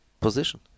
position